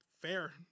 Fair